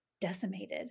decimated